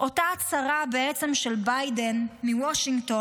אותה הצהרה של ביידן מוושינגטון,